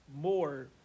more